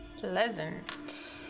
Pleasant